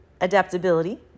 Adaptability